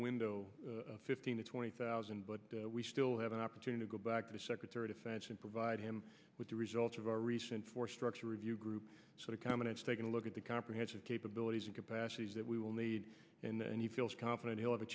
window of fifteen to twenty thousand but we still have an opportunity to go back to the secretary defense and provide him with the results of our recent force structure review group sort of comments taking a look at the comprehensive capabilities and capacities that we will need and he feels confident he'll have a